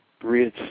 bridge